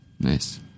Nice